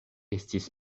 estis